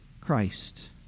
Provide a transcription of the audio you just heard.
Christ